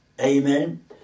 amen